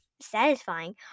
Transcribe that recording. satisfying